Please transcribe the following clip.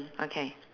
okay